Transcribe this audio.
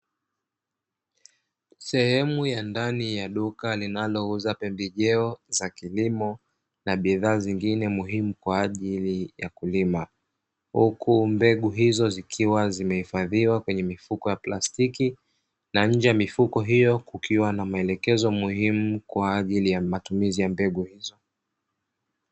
Sehemu ya ndani ya duka linalouza pembejeo za kilimo na bidhaa zingine muhimu kwa ajili ya kulima huku mbegu hizo zikiwa zimehifadhiwa kwenye mifuko ya plastiki, na nje ya mifuko hiyo kukiwa na maelekezo muhimu kwa ajili ya matumizi ya mbegu hizo,